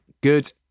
good